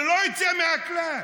ללא יוצא מן הכלל,